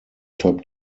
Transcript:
top